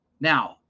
Now